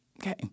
Okay